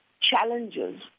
challenges